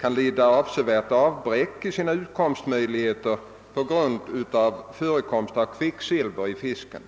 kan lida avsevärt avbräck i sina utkomstmöjligheter på grund av förekomst av kvicksilver i fisken.